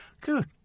good